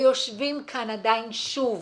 יושבים כאן עדיין שוב